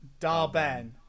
Darben